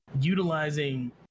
utilizing